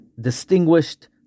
distinguished